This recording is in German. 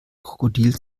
krokodil